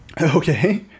Okay